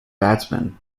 batsman